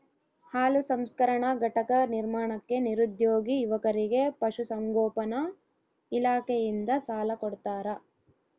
ಹಾಲು ಸಂಸ್ಕರಣಾ ಘಟಕ ನಿರ್ಮಾಣಕ್ಕೆ ನಿರುದ್ಯೋಗಿ ಯುವಕರಿಗೆ ಪಶುಸಂಗೋಪನಾ ಇಲಾಖೆಯಿಂದ ಸಾಲ ಕೊಡ್ತಾರ